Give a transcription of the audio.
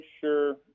sure